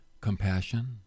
compassion